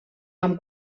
amb